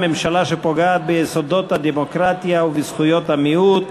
ממשלה שפוגעת ביסודות הדמוקרטיה ובזכויות המיעוט.